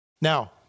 Now